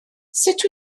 sut